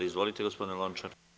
Izvolite, gospodine Lončar.